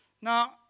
Now